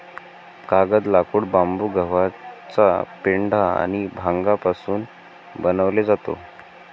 कागद, लाकूड, बांबू, गव्हाचा पेंढा आणि भांगापासून बनवले जातो